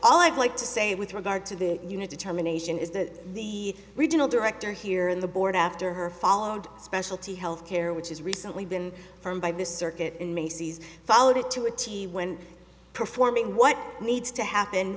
all i'd like to say with regard to the unit determination is that the regional director here in the board after her fall and specialty health care which is recently been formed by this circuit in macy's followed it to a t when performing what needs to happen